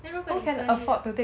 then 如果妳隔离的